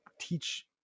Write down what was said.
teach